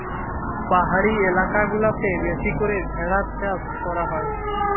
পাহাড়ি এলাকা গুলাতে বেশি করে ভেড়ার চাষ করা হয়